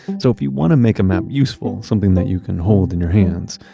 so if you want to make a map useful, something that you can hold in your hands,